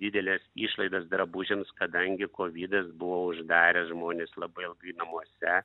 dideles išlaidas drabužiams kadangi kovidas buvo uždaręs žmones labai ilgai namuose